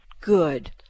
Good